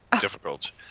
difficult